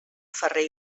ferrer